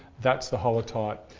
that's the holotype,